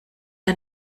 ein